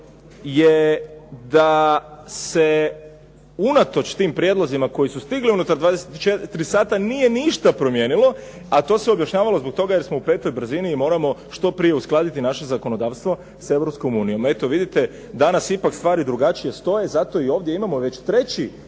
je da se unatoč tim prijedlozima koji su stigli unutar 24 sata nije ništa promijenilo, a to se objašnjavalo zbog toga jer smo u petoj brzini i moramo što prije uskladiti naše zakonodavstvo sa Europskom unijom. Eto vidite danas ipak stvari drugačije stoje, zato i ovdje imamo već treće